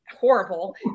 horrible